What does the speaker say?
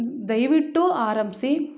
ದಯವಿಟ್ಟು ಆರಂಭಿಸಿ